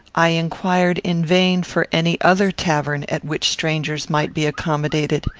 i inquired, in vain, for any other tavern at which strangers might be accommodated.